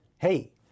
Hey